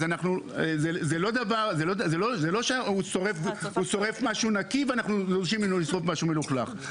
אז זה לא שהוא שורף משהו נקי ואנחנו דורשים ממנו לשרוף משהו מלוכלך.